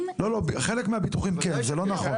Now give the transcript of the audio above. חלק מהביטוחים כן, זה לא נכון.